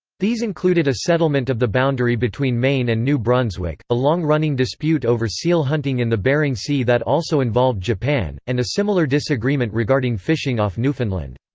these included a settlement of the boundary between maine and new brunswick, a long-running dispute over seal hunting in the bering sea that also involved japan, and a similar disagreement regarding fishing off newfoundland.